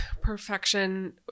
perfection